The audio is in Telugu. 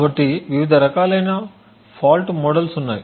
కాబట్టి వివిధ రకాలైన ఫాల్ట్ మోడల్స్ ఉన్నాయి